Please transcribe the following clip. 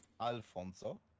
Alfonso